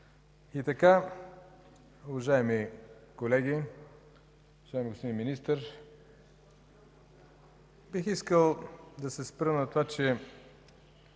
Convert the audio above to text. И така, уважаеми колеги, уважаеми господин Министър, бих искал да се спра на това, че